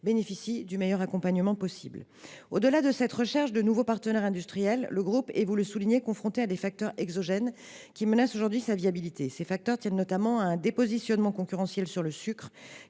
bénéficient du meilleur accompagnement possible. Au delà de cette recherche de nouveaux partenaires industriels, le groupe est confronté à des facteurs exogènes qui menacent sa viabilité, ainsi que vous l’avez souligné. Ces facteurs tiennent notamment à un dépositionnement concurrentiel sur le sucre,